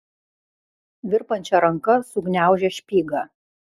virpančia ranka sugniaužė špygą